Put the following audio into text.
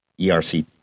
ERC